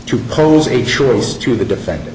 to pose a choice to the defendant